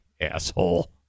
Asshole